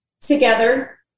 together